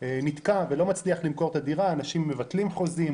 נתקע ולא מצליח למכור את הדירה כי אנשים מבטלים חוזים,